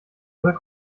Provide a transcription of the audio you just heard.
oder